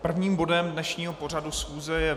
Prvním bodem dnešního pořadu schůze je